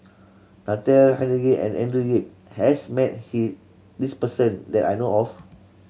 Natalie Hennedige and Andrew Yip has met he this person that I know of